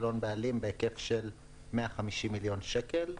הון מנהלים בהיקף של 150 מיליון שקל.